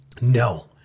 No